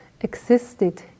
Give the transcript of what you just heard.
existed